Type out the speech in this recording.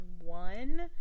one